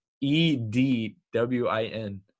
E-D-W-I-N